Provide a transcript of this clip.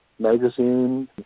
magazine